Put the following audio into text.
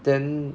then